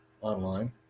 online